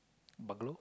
bungalow